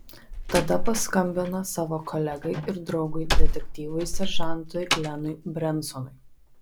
tada paskambino savo kolegai ir draugui detektyvui seržantui glenui brensonui